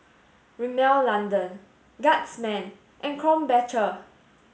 Rimmel London Guardsman and Krombacher